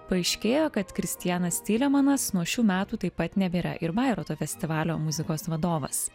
paaiškėjo kad kristianas tylemanas nuo šių metų taip pat nebėra ir vairoto festivalio muzikos vadovas